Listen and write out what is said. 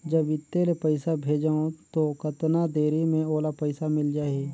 जब इत्ते ले पइसा भेजवं तो कतना देरी मे ओला पइसा मिल जाही?